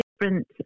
different